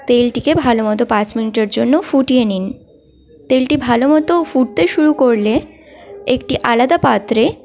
তেলটিকে ভালো মতো পাঁচ মিনিটের জন্য ফুটিয়ে নিন তেলটি ভালো মতো ফুটতে শুরু করলে একটি আলাদা পাত্রে